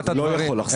אני לא יכול לחזור.